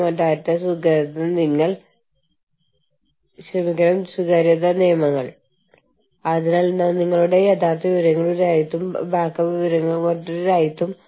അതിനാൽ മാനേജുമെന്റുമായി യുദ്ധം ചെയ്യാൻ ആളുകൾ ആഗ്രഹിക്കാത്ത അല്ലെങ്കിൽ അത്ര താൽപ്പര്യമില്ലാത്ത സ്ഥലങ്ങൾ മൾട്ടി നാഷണൽ എന്റർപ്രൈസസ് അന്വേഷിക്കുന്നതായി യൂണിയനുകളും കരുതുന്നു